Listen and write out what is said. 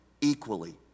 equally